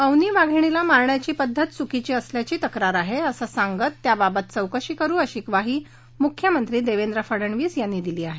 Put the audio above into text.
अवनी वाघीणीला मारण्याची पद्धत चुकीची असल्याची तक्रार आहे असं सांगत त्याबाबत चौकशी करु अशी ग्वाही मुख्यमंत्री देवेंद्र फडणवीस यांनी दिली आहे